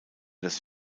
des